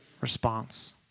response